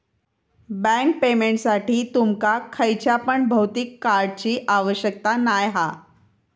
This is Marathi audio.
बँक पेमेंटसाठी तुमका खयच्या पण भौतिक कार्डची आवश्यकता नाय हा